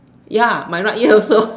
ya my luck year also